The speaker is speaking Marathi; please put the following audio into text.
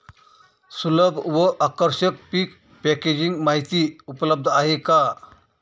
सुलभ व आकर्षक पीक पॅकेजिंग माहिती उपलब्ध आहे का?